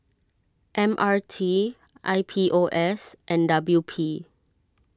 M R T I P O S and W P